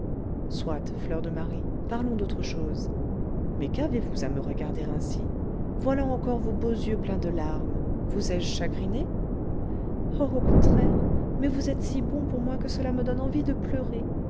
soit fleur de marie parlons d'autre chose mais qu'avez-vous à me regarder ainsi voilà encore vos beaux yeux pleins de larmes vous ai-je chagrinée oh au contraire mais vous êtes si bon pour moi que cela me donne envie de pleurer